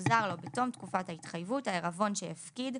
יוחזר לו, בתום תקופת ההתחייבות, העירבון שהפקיד,